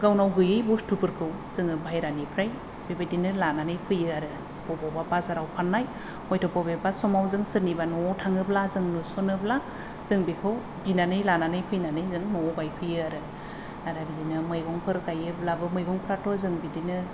गावनाव गैयि बुस्थुफोरखौ जोङो बाहेरानिफ्राय बेबायदिनो लानानै फैयो आरो बबेबा बाजाराव फाननाय हयथ' बबेबा समाव जों सोरनिबा न'आव थाङोब्ला जों नुसनोब्ला जों बेखौ बिनानै लानानै फैनानै जों न'आव गायफैयो आरो आरो बिदिनो मैगंफोर गायोब्लाबो मैगंफ्राथ जों बिदिनो